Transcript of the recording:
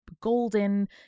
golden